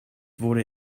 wurde